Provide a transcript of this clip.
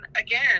again